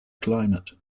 climate